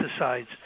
pesticides